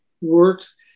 works